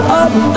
up